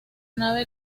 nave